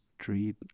street